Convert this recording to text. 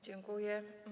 Dziękuję.